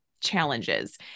challenges